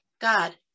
God